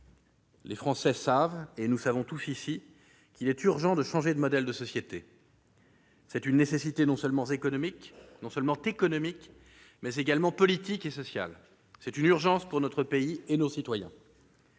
: ils savent, tout comme nous tous ici, qu'il est urgent de changer de modèle de société. C'est une nécessité non seulement économique, mais également politique et sociale, une urgence pour notre pays et nos citoyens.